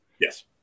Yes